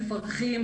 מפרכים,